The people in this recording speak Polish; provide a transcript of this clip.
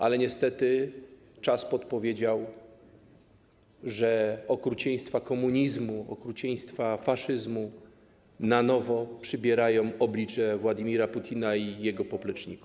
Ale niestety czas podpowiedział, że okrucieństwa komunizmu, okrucieństwa faszyzmu na nowo przybierają oblicze Władimira Putina i jego popleczników.